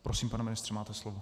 Prosím, pane ministře, máte slovo.